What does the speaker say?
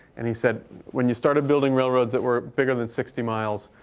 and he said when you started building railroads that were bigger than sixty miles,